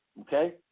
Okay